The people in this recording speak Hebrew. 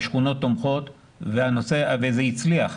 בשכונות תומכות, וזה הצליח.